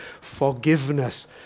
forgiveness